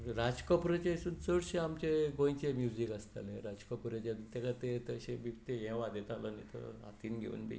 राज कपूराचें चडशे आमचें गोंयचें म्युझीक आसतालें तो चडशें हें वाजयतालो न्हय तो हातींत घेवन